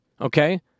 okay